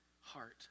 heart